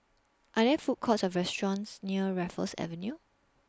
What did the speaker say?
Are There Food Courts Or restaurants near Raffles Avenue